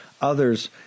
others